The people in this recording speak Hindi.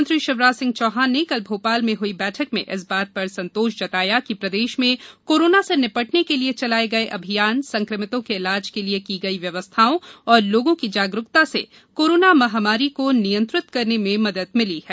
मुख्यमंत्री शिवराज सिंह चौहान ने कल भोपाल में हुई बैठक में इस बात पर संतोष जताया कि प्रदेश में कोरोना से निपटने के लिये चलाए गये अभियान संक्रमितों के इलाज के लिये की गई व्यवस्थाओं और लोगों की जागरूकता से कोरोना महामारी को नियंत्रित करने में मदद मिली है